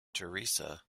teresa